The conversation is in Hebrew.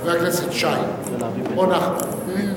חבר הכנסת שי, לא נחמן.